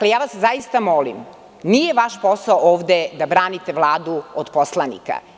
Zaista vas molim, nije vaš posao ovde da branite Vladu od poslanika.